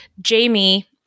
Jamie